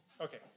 Okay